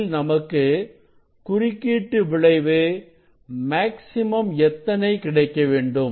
இதில் நமக்கு குறுக்கீட்டு விளைவு மேக்ஸிமம் எத்தனை கிடைக்கவேண்டும்